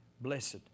Blessed